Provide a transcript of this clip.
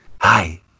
Hi